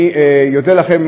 אני אודה לכם,